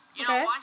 Okay